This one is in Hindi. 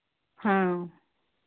हाँ